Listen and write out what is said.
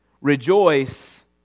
Rejoice